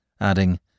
adding